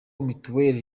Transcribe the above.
mituweri